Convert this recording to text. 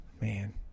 man